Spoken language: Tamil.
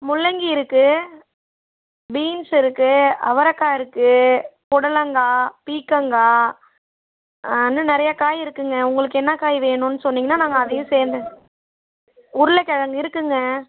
முள்ளங்கி இருக்கு பீன்ஸ் இருக்கு அவரக்காய் இருக்கு பொடலங்காய் பீக்கங்காய் இன்னும் நிறைய காய் இருக்குங்க உங்களுக்கு என்ன காய் வேணுன்னு சொன்னிங்கன்னா நாங்கள் அதையும் சேர்ந்து உருளைக்கெழங்கு இருக்குங்க